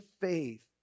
faith